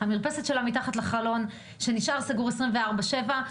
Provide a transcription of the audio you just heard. המרפסת שלה מתחת לחלון שנשאר סגור 24 שעות ביממה.